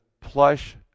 plush